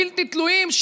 בלתי תלויים,